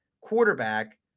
quarterback